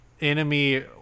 enemy